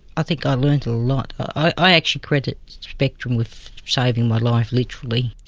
i think i learned a lot. i actually credit spectrum with saving my life, literally.